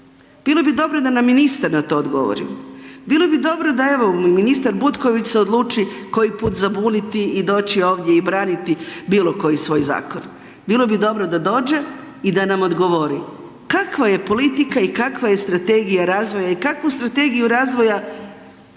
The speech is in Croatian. Bilo bi dobro da nam ministar na to odgovori, bilo bi dobro da evo ministar Butković se odluči koji put zabuniti i doći ovdje i braniti bilokoji svoj zakon. Bilo bi dobro da dođe i da nam odgovori kakva je politika i kakva je strategija razvoja i kakvu strategiju razvoja